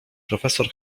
profesor